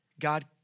God